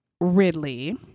Ridley